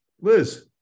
Liz